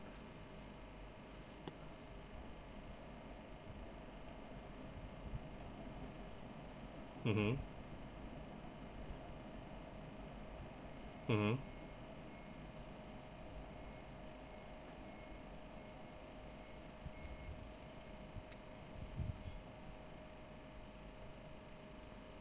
mmhmm mmhmm